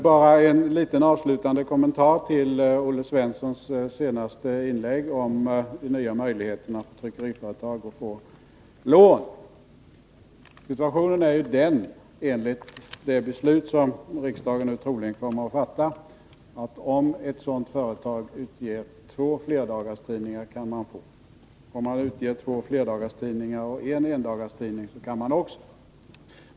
Herr talman! Bara en avslutande kommentar till Olle Svenssons senaste inlägg om de nya möjligheterna för tryckeriföretag att få lån. Enligt det beslut som riksdagen troligen kommer att fatta är situationen den, att om ett sådant företag trycker två flerdagarstidningar kan man få lån, och om man trycker två flerdagarstidningar och en endagstidning, kan man också få lån.